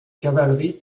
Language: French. cavalerie